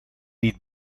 niet